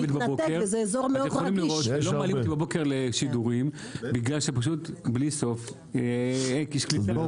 אתם יכולים לראות שלא מעלים אותי בבוקר לשידורים כי בלי סוף אין קליטה.